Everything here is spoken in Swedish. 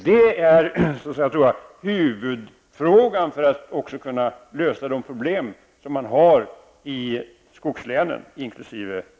Detta är huvudfrågan om vi skall kunna lösa de problem som man har i skogslänen inkl.